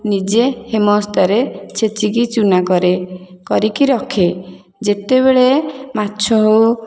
ନିଜେ ହେମଦସ୍ତାରେ ଛେଚିକି ଚୁନା କରେ କରିକି ରଖେ ଯେତେବେଳେ ମାଛ ହେଉ